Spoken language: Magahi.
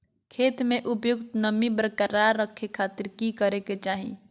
खेत में उपयुक्त नमी बरकरार रखे खातिर की करे के चाही?